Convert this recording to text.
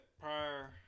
prior